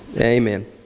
Amen